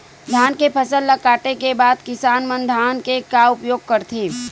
धान के फसल ला काटे के बाद किसान मन धान के का उपयोग करथे?